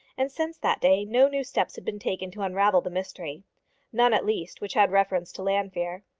and since that day no new steps had been taken to unravel the mystery none at least which had reference to llanfeare.